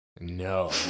No